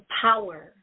power